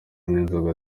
n’inzoga